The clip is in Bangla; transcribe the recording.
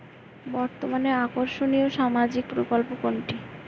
বর্তমানে আকর্ষনিয় সামাজিক প্রকল্প কোনটি?